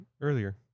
earlier